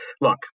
Look